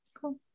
Cool